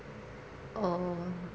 oh